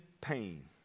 pain